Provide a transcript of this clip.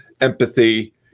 empathy